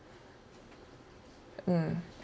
mm